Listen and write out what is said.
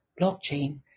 blockchain